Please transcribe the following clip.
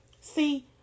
see